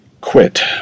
Quit